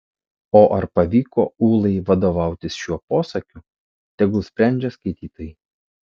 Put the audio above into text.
o ar pavyko ūlai vadovautis šiuo posakiu tegul sprendžia skaitytojai